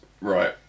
Right